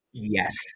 Yes